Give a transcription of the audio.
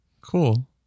Cool